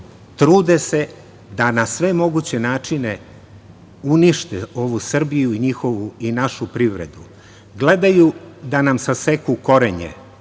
trude da na sve moguće načine unište ovu Srbiju i našu privredu. Gledaju da nam saseku korenje,